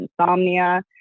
insomnia